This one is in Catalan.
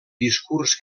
discurs